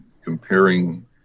comparing